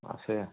আছে